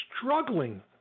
struggling